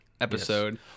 Episode